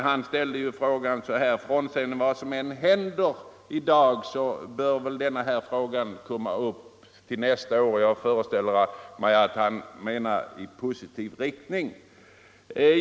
Herr Gustafsson i Byske ansåg själv att vad som än händer i dag bör frågan komma upp nästa år, och jag föreställer mig att han menade att den då skall behandlas i positiv anda.